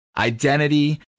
Identity